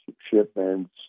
shipments